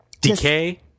decay